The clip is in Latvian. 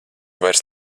vairs